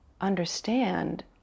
understand